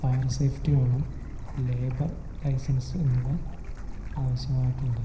fire safety വേണം labour licence എന്നിവ ആവശ്യമായിട്ടുണ്ട്